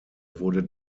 wurde